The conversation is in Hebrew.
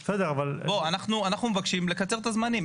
בוא, אנחנו מבקשים לקצר את הזמנים.